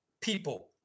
people